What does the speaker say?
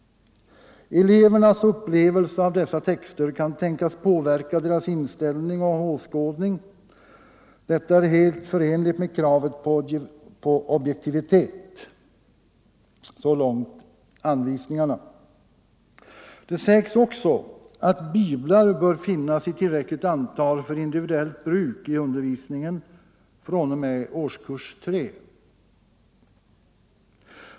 Elevernas upplevelse av dessa texter kan tänkas påverka deras inställning och åskådning. Detta är helt förenligt med kravet på objektivitet.” Det sägs också att biblar bör finnas i tillräckligt antal för individuellt bruk i undervisningen fr.o.m. årskurs 3.